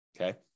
okay